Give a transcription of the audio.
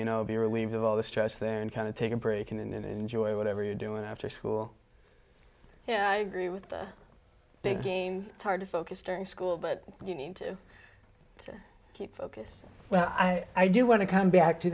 you know be relieved of all the stress there and kind of take a break and enjoy whatever you're doing after school yeah i agree with the big gain it's hard to focus during school but you need to keep focus well i do want to come back to